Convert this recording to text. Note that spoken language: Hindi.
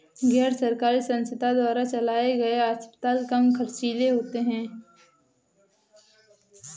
गैर सरकारी संस्थान के द्वारा चलाये गए अस्पताल कम ख़र्चीले होते हैं